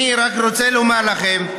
אני רק רוצה לומר לכם,